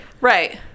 Right